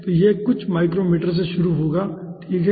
तो यह कुछ माइक्रो मीटर से शुरू होगा ठीक है